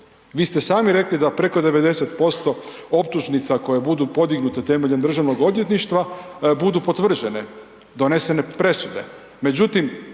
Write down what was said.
Vi ste sami rekli da preko 90% optužnica koje budu podignute temeljem državnog odvjetništva budu potvrđene, donesene presude.